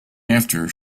after